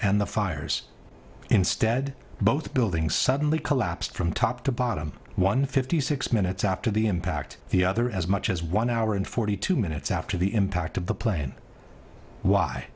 and the fires instead both buildings suddenly collapsed from top to bottom one fifty six minutes after the impact the other as much as one hour and forty two minutes after the impact of the plan